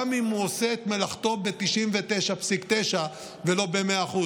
גם אם הוא עושה את מלאכתו ב-99.9% ולא ב-100%.